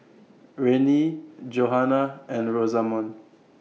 Rennie Johannah and Rosamond